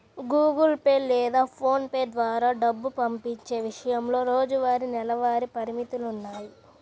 Google Pay లేదా PhonePe ద్వారా డబ్బు పంపించే విషయంలో రోజువారీ, నెలవారీ పరిమితులున్నాయి